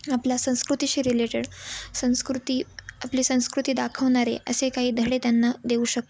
आपल्या संस्कृतीशी रिलेटेड संस्कृती आपली संस्कृती दाखवणारे असे काही धडे त्यांना देऊ शकतो